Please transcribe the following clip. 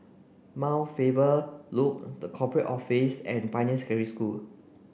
Mount Faber Loop The Corporate Office and Pioneer School